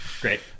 Great